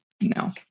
no